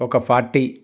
ఒక ఫార్టీ